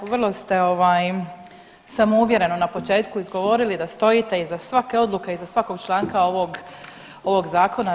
Vrlo ste ovaj samouvjereno na početku izgovorili da stojite iza svake odluke, iza svakog članka ovog Zakona.